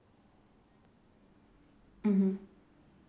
mmhmm